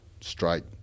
straight